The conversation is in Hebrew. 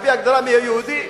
על-פי ההגדרה מיהו יהודי,